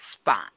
spot